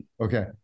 Okay